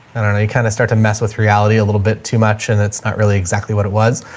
i don't know, you kind of start to mess with reality a little bit too much and it's not really exactly what it was,